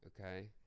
Okay